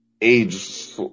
age